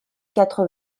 quatre